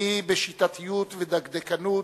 מי בשיטתיות ודקדקנות